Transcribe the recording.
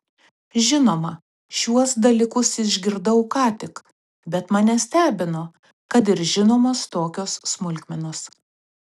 žinoma šiuos dalykus išgirdau ką tik bet mane stebino kad ir žinomos tokios smulkmenos